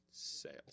sales